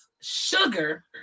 sugar